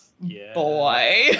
boy